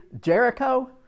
Jericho